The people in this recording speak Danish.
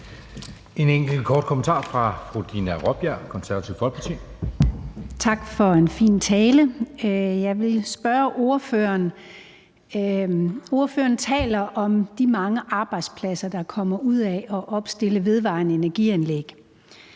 en enkelt kort bemærkning fra fru Dina Raabjerg, Det Konservative Folkeparti. Kl. 13:18 Dina Raabjerg (KF): Tak for en fin tale. Ordføreren taler om de mange arbejdspladser, der kommer ud af at opstille vedvarende energianlæg.